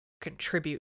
contribute